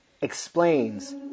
explains